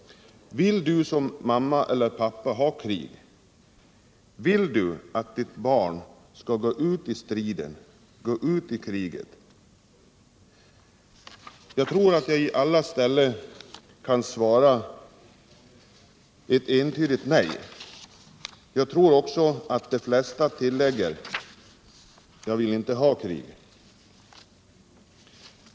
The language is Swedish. Vill du som mamma eller pappa ha krig? Vill du att ditt barn skall gå ut i striden — gå ut i kriget? Jag tror att jag i allas ställe kan svara ett entydigt nej. Jag tror också att de flesta tillägger: Jag vill inte ha krig.